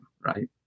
Right